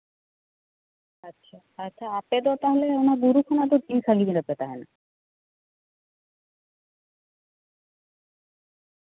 ᱟᱪᱪᱷᱟ ᱟᱪᱪᱷᱟ ᱟᱯᱮ ᱫᱚ ᱛᱟᱦᱞᱮ ᱚᱱᱟ ᱵᱩᱨᱩ ᱠᱷᱚᱱᱟᱜ ᱫᱚ ᱛᱤᱱ ᱥᱟᱺᱜᱤᱧ ᱨᱮᱯᱮ ᱛᱟᱦᱮᱱᱟ